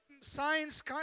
Science